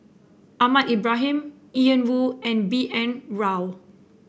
Ahmad Ibrahim Ian Woo and B N Rao